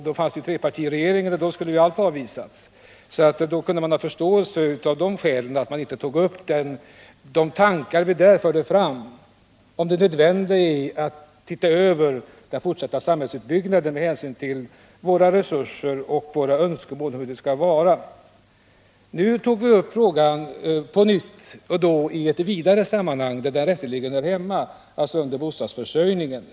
Det var under trepartiregeringens tid, och då skulle ju allt avvisas. Då kunde jag förstå att man av de skälen inte tog upp de tankar vi förde fram om det nödvändiga i att se över den fortsatta samhällsutbyggnaden med hänsyn till våra resurser och våra önskemål om hur det skall vara. Nu har vi tagit upp frågan på nytt och i ett sammanhang där den rätteligen hör hemma, alltså under bostadsförsörjningen.